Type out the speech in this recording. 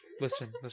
Listen